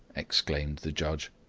exclaimed the judge.